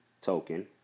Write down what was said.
token